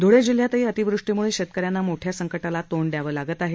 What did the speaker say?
ध्ळे जिल्ह्यातही अतिवृष्टीमुळे शेतकऱ्यांना मोठ्या संकटाला तोंड दयावं लागत आहे